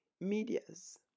Medias